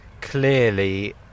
clearly